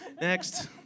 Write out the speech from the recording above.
Next